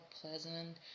pleasant